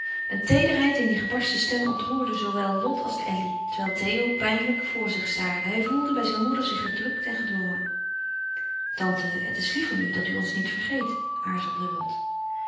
een teederheid in die gebarsten stem ontroerde zoo wel lot als elly terwijl theo pijnlijk voor zich staarde hij voelde bij zijn moeder zich gedrukt en gedwongen tante het is lief van u dat u ons niet vergeet aarzelde lot